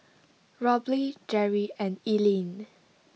Robley Jerry and Ellyn